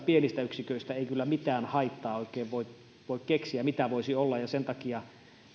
pienistä yksiköistä ei kyllä mitään haittaa oikein voi voi keksiä mitä voisi olla ja sen takia